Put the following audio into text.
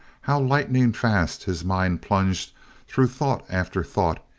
how lightning fast his mind plunged through thought after thought,